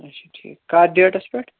اچھا ٹھیٖک کَتھ ڈیٚٹس پیٚٹھ